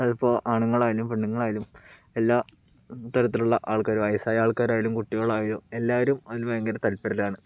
അതിപ്പോൾ ആണുങ്ങളായാലും പെണ്ണുങ്ങളായാലും എല്ലാ തരത്തിലുള്ള ആൾക്കാർ വയസ്സായ ആൾക്കാരായാലും കുട്ടികളായാലും എല്ലാവരും അതിൽ ഭയങ്കര തത്പരരാണ്